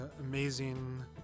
Amazing